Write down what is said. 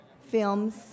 films